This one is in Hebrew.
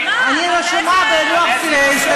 אני רשומה בלוח.